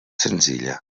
senzilla